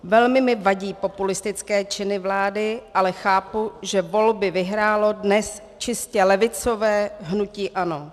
Velmi mi vadí populistické činy vlády, ale chápu, že volby vyhrálo dnes čistě levicové hnutí ANO.